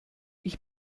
ich